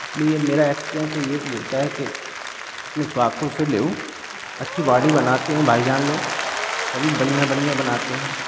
इसलिए मेरा एक्सपिएंस तो ये बोलता है कि अपने सुहागपुर से लेओ अच्छी बाॅडी बनाते हैं भाई जान लोग सभी बढ़िया बढ़िया बनाते हैं